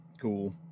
Cool